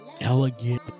elegant